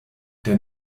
der